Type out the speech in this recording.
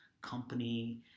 company